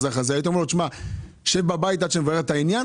הייתם אומרים לו: "שב בבית עד שנברר את העניין",